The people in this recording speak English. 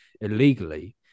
illegally